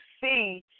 see